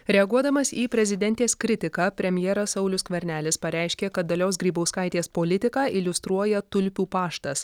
reaguodamas į prezidentės kritiką premjeras saulius skvernelis pareiškė kad dalios grybauskaitės politiką iliustruoja tulpių paštas